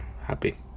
happy